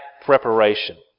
preparation